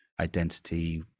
identity